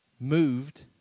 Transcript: moved